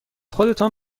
خودتان